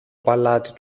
παλάτι